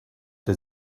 der